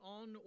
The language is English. on